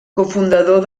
cofundador